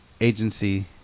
agency